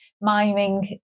miming